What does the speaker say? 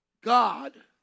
God